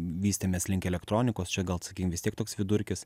vystėmės linki elektronikos čia gal sakykim vis tiek toks vidurkis